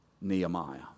Nehemiah